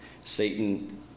Satan